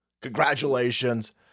Congratulations